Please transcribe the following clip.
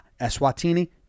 Eswatini